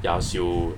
ya [siol]